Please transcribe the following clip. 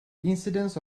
incidence